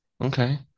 Okay